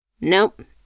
Nope